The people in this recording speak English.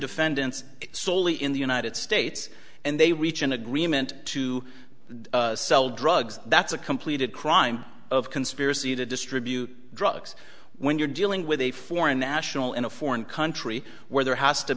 defendants soli in the united states and they reach an agreement to sell drugs that's a completed crime of conspiracy to distribute drugs when you're dealing with a foreign national in a foreign country where there has to